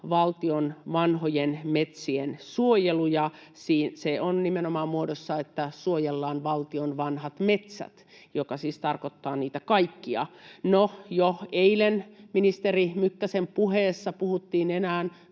valtion vanhojen metsien suojelu, ja se on nimenomaan muodossa ”suojellaan valtion vanhat metsät”, mikä siis tarkoittaa niitä kaikkia. No, jo eilen ministeri Mykkäsen puheessa puhuttiin enää